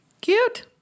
Cute